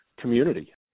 community